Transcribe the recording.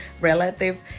relative